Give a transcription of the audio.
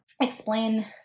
explain